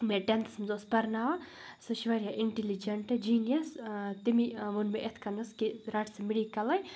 مےٚ ٹٮ۪نتھَس منٛز اوس پرناوان سُہ چھِ واریاہ اِنٹِلِجَںٛٹ جیٖنیَس تٔمی ووٚن مےٚ یِتھ کٔنَس کہِ رَٹ ژٕ مٮ۪ڈِکَلٕے